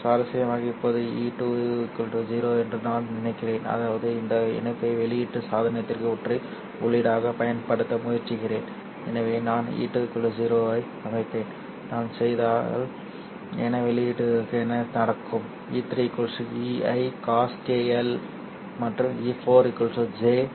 சுவாரஸ்யமாக இப்போது E2 0 என்று நான் நினைக்கிறேன் அதாவது இந்த இணைப்பை வெளியீட்டு சாதனத்திற்கு ஒற்றை உள்ளீடாகப் பயன்படுத்த முயற்சிக்கிறேன் எனவே நான் E2 0 ஐ அமைப்பேன் நான் செய்தால் என் வெளியீடுகளுக்கு என்ன நடக்கும் E3 E1cos κ L மற்றும் E4 j E1sin